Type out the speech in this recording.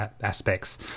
aspects